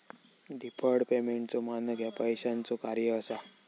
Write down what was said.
deferred पेमेंटचो मानक ह्या पैशाचो कार्य असा